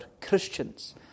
Christians